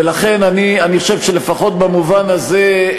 ולכן אני חושב שלפחות במובן הזה,